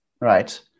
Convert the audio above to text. right